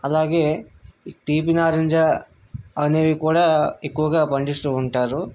అలాగే తీపి నారింజ అనేవి కూడా ఎక్కువగా పండిస్తు ఉంటారు